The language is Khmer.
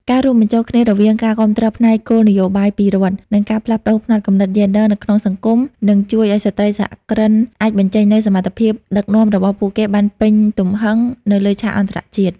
ការរួមបញ្ចូលគ្នារវាងការគាំទ្រផ្នែកគោលនយោបាយពីរដ្ឋ និងការផ្លាស់ប្តូរផ្នត់គំនិតយេនឌ័រនៅក្នុងសង្គម នឹងជួយឱ្យស្ត្រីសហគ្រិនអាចបញ្ចេញនូវសមត្ថភាពដឹកនាំរបស់ពួកគេបានពេញទំហឹងនៅលើឆាកអន្តរជាតិ។